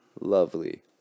lovely